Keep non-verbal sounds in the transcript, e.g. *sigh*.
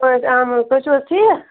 اَہَن حظ *unintelligible* تُہۍ چھُو حظ ٹھیٖک